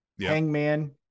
hangman